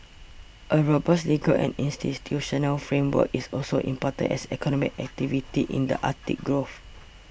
a robust legal and institutional framework is also important as economic activity in the Arctic grows